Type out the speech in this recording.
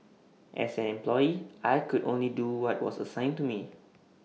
as an employee I could only do what was assigned to me